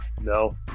No